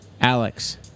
Alex